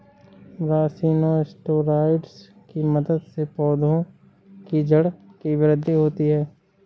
brassinosteroids की मदद से पौधों की जड़ की वृद्धि होती है